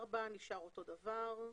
סעיף 4 נשאר כפי הוא.